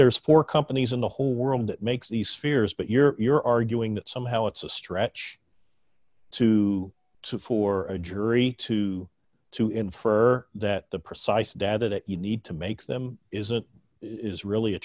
there's four companies in the whole world that makes these spheres but you're arguing that somehow it's a stretch to to for a jury to to infer that the precise data that you need to make them is it is really a